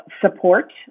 support